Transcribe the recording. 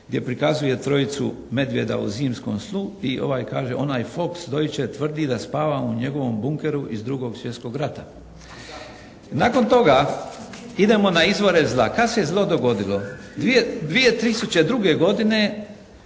gdje prikazuje trojicu medvjeda u zimskom snu i ovaj kaže, onaj Fox deutche tvrdi da spavamo u njegovom bunkeru iz 2. svjetskog rata. Nakon toga idemo na izvore zla. Kada se zlo dogodilo? 2002. godine